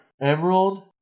Emerald